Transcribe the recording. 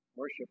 worship